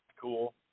cool